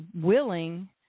willing